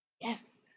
Yes